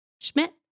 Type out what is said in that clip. Schmidt